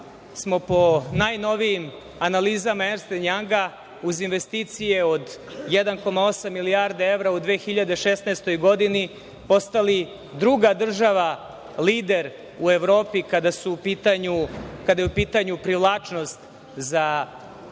smo po najnovijim analizama Ernst end Janga, uz investicije od 1,8 milijardi evra u 2016. godini, postali druga država lider u Evropi kada je u pitanju privlačnost za nove